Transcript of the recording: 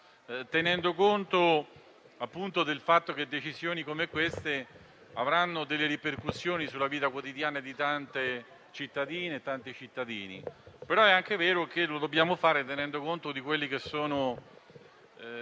tenendo conto, appunto, del fatto che decisioni come queste avranno delle ripercussioni sulla vita quotidiana di tante cittadine e tanti cittadini. È anche vero, però, che dobbiamo fare ciò tenendo conto di quelli che sono